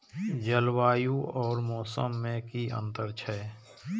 जलवायु और मौसम में कि अंतर छै?